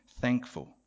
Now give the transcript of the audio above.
thankful